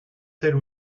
telle